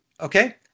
Okay